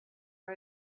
for